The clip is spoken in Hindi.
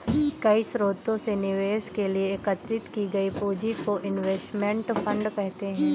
कई स्रोतों से निवेश के लिए एकत्रित की गई पूंजी को इनवेस्टमेंट फंड कहते हैं